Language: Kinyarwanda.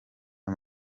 nta